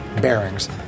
bearings